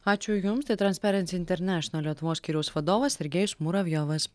ačiū jums tai transperens internešenal lietuvos skyriaus vadovas sergejus muravjovas